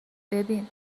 ببین